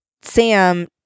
Sam